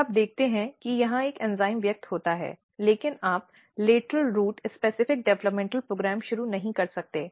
फिर आप देखते हैं कि यहां एक एंजाइम व्यक्त होता है लेकिन आप लेटरल रूट विशिष्ट डेवलपमेंट कार्यक्रम शुरू नहीं कर सकते